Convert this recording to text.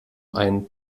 einen